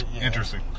Interesting